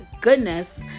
goodness